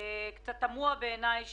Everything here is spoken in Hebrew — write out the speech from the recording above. קצת תמוה בעיניי